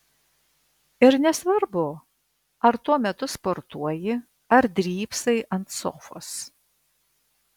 ir nesvarbu ar tuo metu sportuoji ar drybsai ant sofos